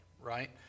right